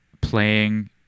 playing